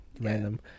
random